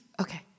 Okay